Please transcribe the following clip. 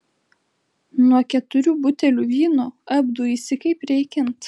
nuo keturių butelių vyno apduisi kaip reikiant